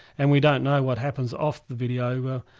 and we don't know what happens off the videolink.